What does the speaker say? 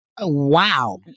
Wow